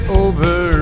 over